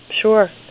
Sure